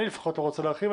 אני לפחות לא רוצה להרחיב,